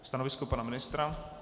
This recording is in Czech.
Stanovisko pana ministra?